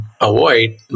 avoid